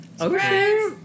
Okay